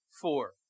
four